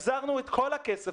מחר בבוקר החזרנו את כל הכסף,